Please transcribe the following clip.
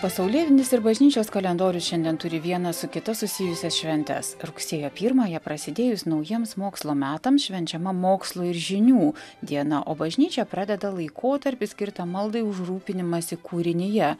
pasaulėvinis ir bažnyčios kalendorius šiandien turi viena su kita susijusias šventes rugsėjo pirmąją prasidėjus naujiems mokslo metams švenčiama mokslo ir žinių diena o bažnyčia pradeda laikotarpį skirtą maldai už rūpinimąsi kūrinyje